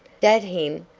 dat him.